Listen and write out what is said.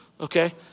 okay